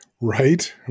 right